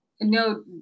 No